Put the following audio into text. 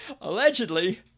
allegedly